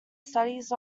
studies